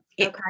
Okay